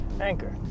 Anchor